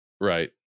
Right